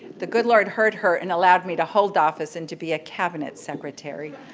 the good lord heard her and allowed me to hold off as in to be cabinet secretary.